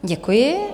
Děkuji.